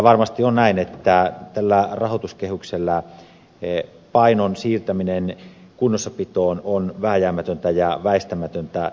varmasti on näin että tällä rahoituskehyksellä painon siirtäminen kunnossapitoon on vääjäämätöntä ja väistämätöntä